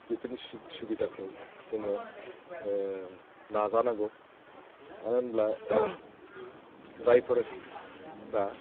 बेफोरनि सुबिदाखौ जोङो नाजानांगौ मानो होनोब्ला जायफोरा